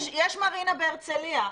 יש מרינה בהרצליה.